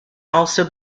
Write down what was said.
also